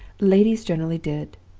ladies generally did.